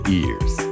ears